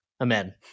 amen